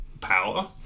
power